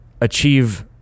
achieve